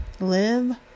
live